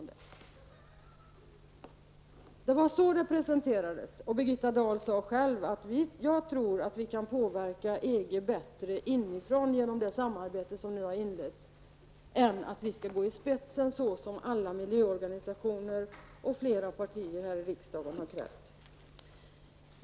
Det var så det presenterades, och Birgitta Dahl sade själv att hon tror att det är lättare att genom det samarbete som nu har inletts påverka EG inifrån än att gå i spetsen för miljöarbetet, som alla miljöorganisationer och flera partier här i riksdagen har krävt.